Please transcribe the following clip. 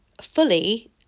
fully